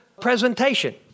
presentation